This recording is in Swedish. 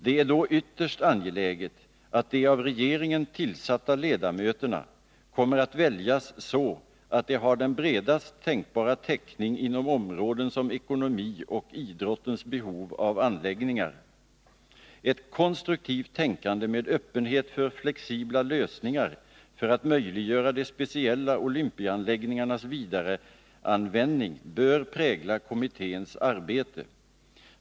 Det är då ytterst angeläget att de av regeringen tillsatta ledamöterna kommer att väljas så att de har den bredaste tänkbara täckning inom områden som ekonomi och när det gäller idrottens behov av anläggningar. Ett konstruktivt tänkande med öppenhet för flexibla lösningar för att möjliggöra de speciella olympiaanläggningarnas vidareanvändning bör prägla kommitténs arbete.